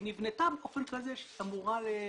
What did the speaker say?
היא נבנתה באופן כזה שהיא אמורה לייצר